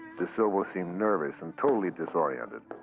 desilva seemed nervous and totally disoriented.